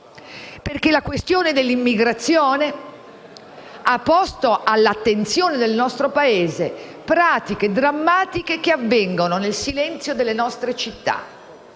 questo. La questione dell'immigrazione ha infatti posto all'attenzione del nostro Paese pratiche drammatiche che avvengono nel silenzio delle nostre città,